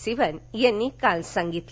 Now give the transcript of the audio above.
सिवन यांनी काल सांगितलं